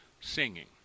singing